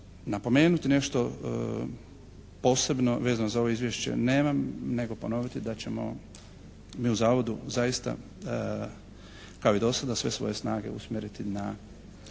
napomenuti nešto posebno vezano za ovo izvješće nemam, nego ponoviti da ćemo mi u Zavodu zaista kao i do sada sve svoje snage usmjeriti na